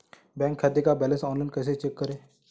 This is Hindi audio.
बैंक खाते का बैलेंस ऑनलाइन कैसे चेक करें?